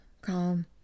calm